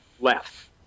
left